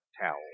towel